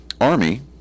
Army